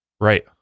right